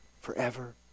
forever